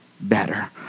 better